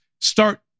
start